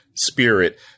spirit